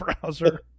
browser